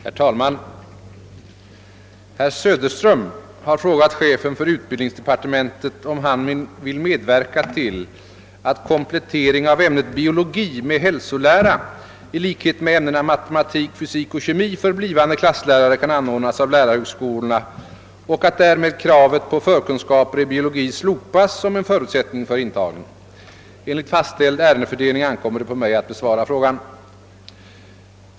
Herr talman! Herr Söderström har frågat chefen för utbildningsdepartementet, om han vill medverka till att komplettering av ämnet biologi med hälsolära i likhet med ämnena matematik, fysik och kemi för blivande klasslärare kan anordnas av lärarhögskolorna och att därmed kravet på förkunskaper i biologi slopas som en förutsättning för intagning. Enligt fastställd ärendefördelning ankommer det på mig att besvara frågan.